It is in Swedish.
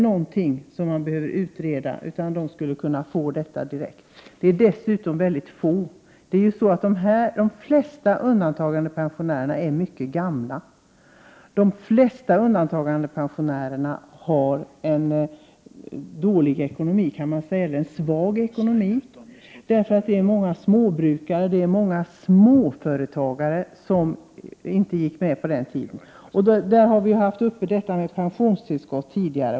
Frågan behöver inte utredas, utan det här skulle kunna möjliggöras direkt. Dessutom rör det sig om väldigt få människor. De flesta undantagandepensionärerna är ju mycket gamla och många har svag ekonomi. Vidare är många av dem f.d. småbrukare eller småföretagare som inte anslöt sig till reformen när det var aktuellt. Vi har haft uppe frågan om pensionstillskott tidigare.